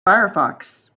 firefox